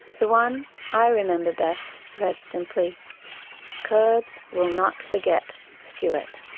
the one i remember best read simply kurds will not forget stuart.